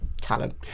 talent